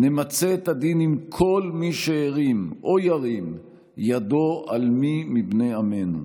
נמצה את הדין עם כל מי שהרים או ירים ידו על מי מבני עמנו.